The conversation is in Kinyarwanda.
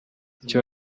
icyo